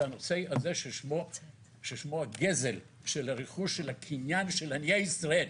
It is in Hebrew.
זה הנושא הזה ששמו הגזל של הרכוש של הקניין של עניי ישראל.